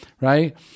right